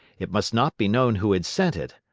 it must not be known who had sent it.